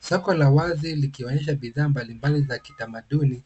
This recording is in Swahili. Soko na wazili wanaonyesha bidhaa mbalimbali za kitamaduni